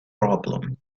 problem